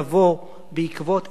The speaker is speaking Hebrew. אבל ההכרעות צריכות לבוא בעקבות הסדרים.